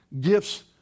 Gifts